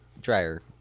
dryer